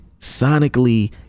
sonically